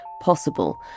possible